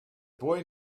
boy